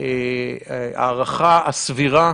הערכה הסבירה,